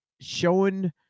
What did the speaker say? showing